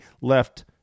left